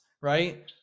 right